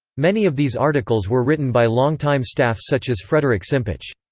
many of these articles were written by longtime staff such as frederick simpich.